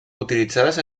utilitzades